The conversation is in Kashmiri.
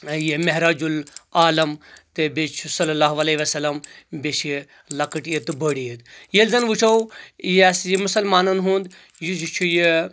یہِ معراج العالم تہٕ بیٚیہِ چھُ صلی اللہ علیہ وسلم بییٚہِ چھِ لۄکٕٹۍ عید تہٕ بٔڑ عید ییٚلہِ زن وٕچھو یس یہِ مُسلمانن ہُنٛد یج یہِ چھُ یہ